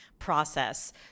process